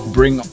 Bring